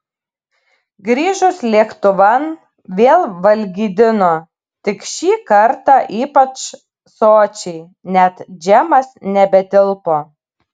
grįžus lėktuvan vėl valgydino tik šį kartą ypač sočiai net džemas nebetilpo